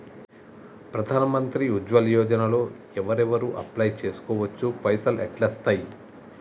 ప్రధాన మంత్రి ఉజ్వల్ యోజన లో ఎవరెవరు అప్లయ్ చేస్కోవచ్చు? పైసల్ ఎట్లస్తయి?